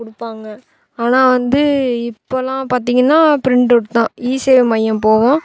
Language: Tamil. கொடுப்பாங்க ஆனால் வந்து இப்போலாம் பார்த்திங்கன்னா ப்ரிண்டவுட் தான் ஈசேவை மையம் போவோம்